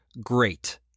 Great